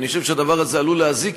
אני חושב שהדבר הזה עלול להזיק,